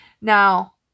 Now